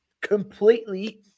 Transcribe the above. completely